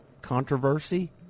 controversy